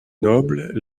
nobles